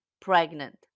pregnant